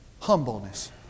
Humbleness